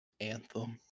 Anthem